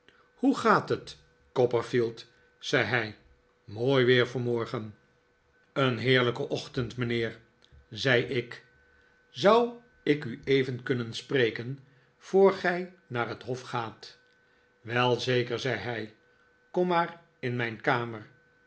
hoe gaat het copperfield zei hij mooi weer vanmorgen een heerlijke ochtend mijnheer zei ik zou ik u even kunnen spreken voor gij naar het hof gaat wel zeker zei hij kom rhaar in mijn kamer